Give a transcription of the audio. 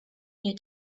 you